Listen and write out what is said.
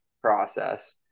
process